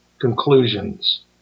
conclusions